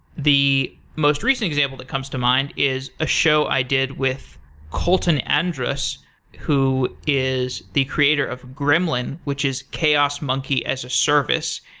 the most recent example that comes to mind is a show i did with kolton andrus who is the creator of gremlin, which is chaos monkey as a service.